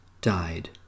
died